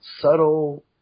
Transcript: subtle